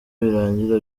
birangira